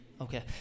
Okay